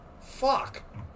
Fuck